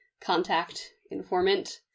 contact-informant